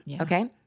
okay